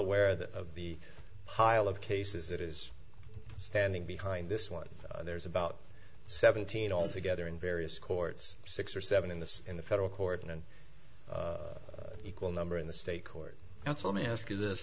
that of the pile of cases it is standing behind this one there's about seventeen altogether in various courts six or seven in this in the federal court in an equal number in the state court that's let me ask you this